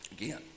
again